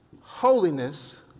holiness